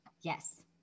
Yes